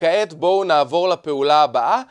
כעת בואו נעבור לפעולה הבאה.